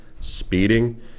speeding